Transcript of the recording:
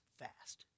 fast